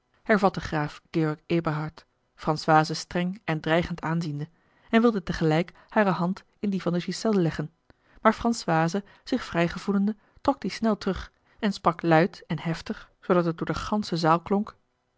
hervatte graaf george eberhard françoise streng en dreigend aanziende en wilde tegelijk hare hand in die van de ghiselles leggen maar françoise zich vrij gevoelende trok die snel terug en sprak luid en heftig zoodat het door de gansche zaal klonk